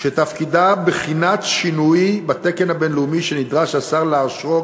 שתפקידה בחינת שינוי בתקן בין-לאומי שנדרש השר לאשרו